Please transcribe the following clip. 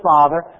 Father